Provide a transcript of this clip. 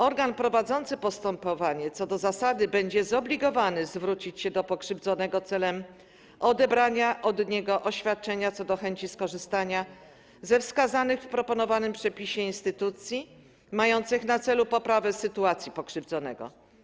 Organ prowadzący postępowanie co do zasady będzie zobligowany zwrócić się do pokrzywdzonego celem odebrania od niego oświadczenia co do chęci skorzystania ze wskazanych w proponowanym przepisie instytucji mających na celu poprawę sytuacji pokrzywdzonego.